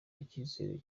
icyizere